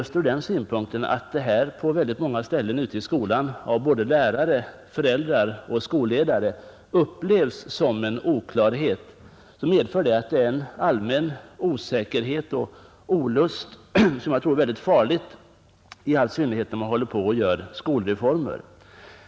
Att detta på många ställen inom skolan av lärare, föräldrar och skolledare medför osäkerhet och olust, är farligt i all synnerhet när man håller på att genomföra skolreformer.